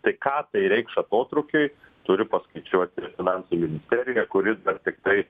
tai ką tai reikš atotrūkiui turi paskaičiuoti finansų ministerija kuri dar tiktai